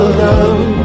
love